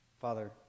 Father